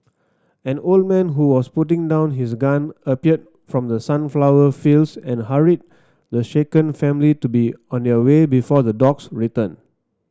an old man who was putting down his gun appeared from the sunflower fields and hurried the shaken family to be on their way before the dogs return